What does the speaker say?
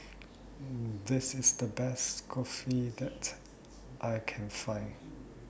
This IS The Best Kulfi that I Can Find